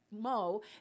mo